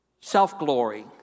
Self-glory